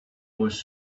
was